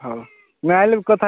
ହଉ ନ ହେଲେ ବି କଥା